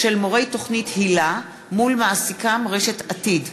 סגירת בתי-הספר הכנסייתיים הנוצריים,